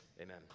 Amen